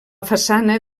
façana